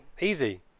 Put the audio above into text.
Easy